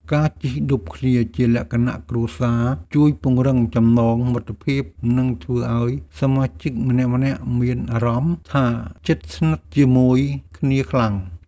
ការជិះឌុបគ្នាជាលក្ខណៈគ្រួសារជួយពង្រឹងចំណងមិត្តភាពនិងធ្វើឱ្យសមាជិកម្នាក់ៗមានអារម្មណ៍ថាជិតស្និទ្ធជាមួយគ្នាខ្លាំង។